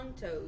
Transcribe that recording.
toes